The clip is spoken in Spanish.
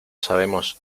sabemos